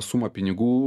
sumą pinigų